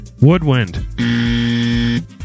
Woodwind